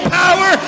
power